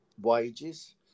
wages